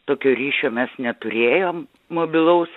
tokio ryšio mes neturėjom mobilaus